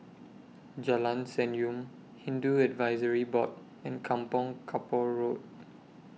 Jalan Senyum Hindu Advisory Board and Kampong Kapor Road